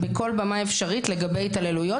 בכל במה אפשרית את כל מה שקשור להתעללויות.